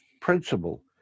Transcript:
principle